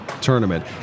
tournament